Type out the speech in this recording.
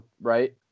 right